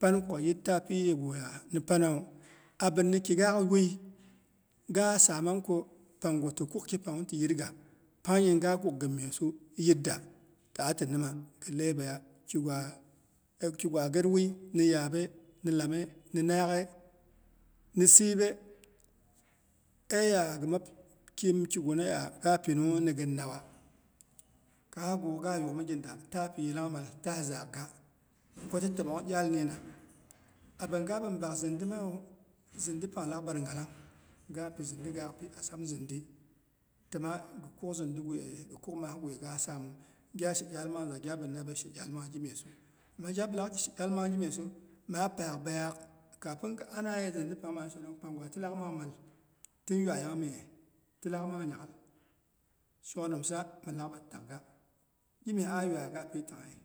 Panko gɨ yita pi yeguya ni panawu. Abi ni kigaak wui gaa saamang ko pang gwa ti kuk kipangnwu ti yirga. Pangnya gaa kuk gɨn myesu gɨ yɨtda. Ti'a tinima gɨ leibeiya kigwa gət wui ni yaabe? Ni lame? Ni naakghe? Ni siɨbe? Eya gɨ map kim kiguna ya gapinungnwu ni gɨn nawa? Gaa guk'ghwu ga yukmɨginda ta pi yilangmal taa zagh ga. Gɨ kwati təmong iyal nina. Abin gabi bak zindi mawu, zindi pang lakbar nghalang gapi zindi gaak pi asam zindi təma gɨ kuk zɨndiguye gɨtuk maa ghye gaa saamu. Gya she iyal mangza gabina be she iyal mang gimyesu. Ama gya bilaak be she iyal mang gimyesu maa paak beiyaak, kapin gɨ ana ye zindi pangnwu maa shenong panggwa tilaak mang mal, tin yuayang myes, tilaak mang nya'ghal shok nimsa milak bar takga. Gimyes ah yuaiga api tangyei.